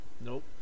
Nope